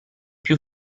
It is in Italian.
più